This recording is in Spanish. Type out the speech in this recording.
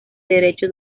derecho